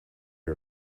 are